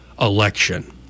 election